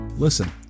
Listen